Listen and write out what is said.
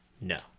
No